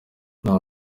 nta